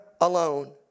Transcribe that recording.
alone